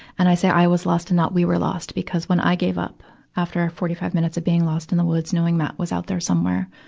and i say i was lost and not we were lost, because when i gave up after forty five minutes of being lost in the woods, knowing matt was out there somewhere,